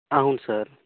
అవును సార్